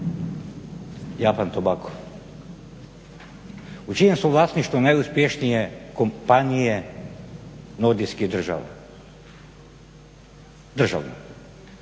Japan tobacco? U čijem su vlasništvu najuspješnije kompanije nordijskih država? Državnom.